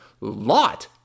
Lot